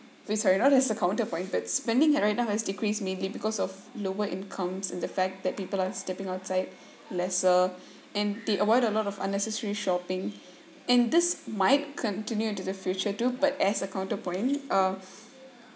very sorry not as a counterpoint but spending right now has decreased mainly because of lower incomes and the fact that people are stepping outside lesser and they avoid a lot of unnecessary shopping and this might continue into the future too but as a counterpoint uh